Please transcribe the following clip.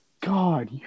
God